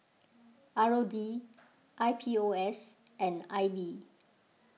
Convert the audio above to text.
R O D I P O S and I B